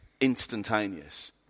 instantaneous